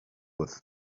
with